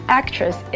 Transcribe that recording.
actress